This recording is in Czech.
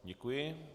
Děkuji.